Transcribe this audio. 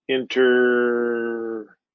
Enter